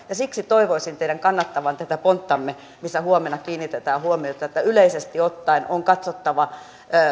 ja siksi toivoisin teidän kannattavan tätä ponttamme missä kiinnitetään huomiota siihen että yleisesti ottaen on katsottava